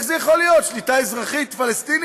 איך זה יכול להיות, שליטה אזרחית פלסטינית?